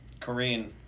Kareen